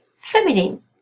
Feminine